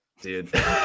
Dude